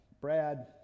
Brad